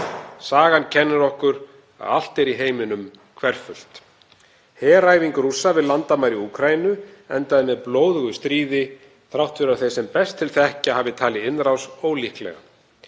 Sagan kennir okkur að allt er í heiminum hverfult. Heræfing Rússa við landamæri í Úkraínu endaði með blóðugu stríði þrátt fyrir að þeir sem best til þekkja hafi talið innrás ólíklega.